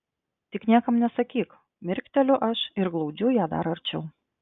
tik niekam nesakyk mirkteliu aš ir glaudžiu ją dar arčiau